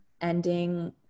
ending